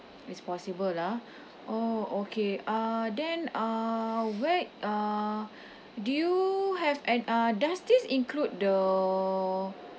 it's possible ah oh okay uh then uh where uh do you have an uh does this include the